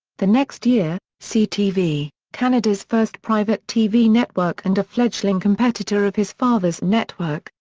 the next year, ctv, canada's first private tv network and a fledgling competitor of his father's network,